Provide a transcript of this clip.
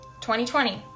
2020